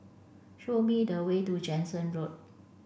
show me the way to Jansen Road